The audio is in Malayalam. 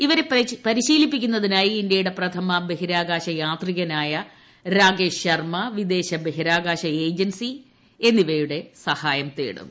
ഇവരെ പരിശീലിപ്പിക്കുന്നതിനായി ഇന്ത്യയുടെ പ്രഥമ ബഹിരാകാശ യാത്രികനായ രാകേഷ് ശർമ വിദേശ ബഹിരാകാശ ഏജൻസി എന്നിവരുടെ സഹായം തേടും